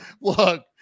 look